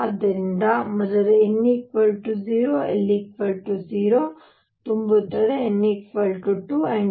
ಆದ್ದರಿಂದ ಮೊದಲು n 1 l 0 ತುಂಬುತ್ತದೆ n 2 l 0